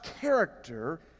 character